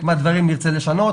חלק מהדברים נרצה לשנות,